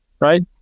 Right